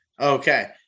Okay